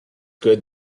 good